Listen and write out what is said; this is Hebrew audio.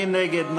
מי נגד?